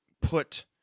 put